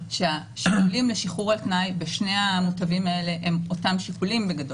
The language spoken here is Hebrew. שהשיקולים לשחרור על תנאי בשני המותבים האלה הם אותם שיקולים בגדול.